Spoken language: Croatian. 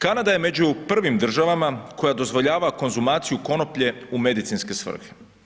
Kanada je među prvim državama koja dozvoljava konzumaciju konoplje u medicinske svrhe.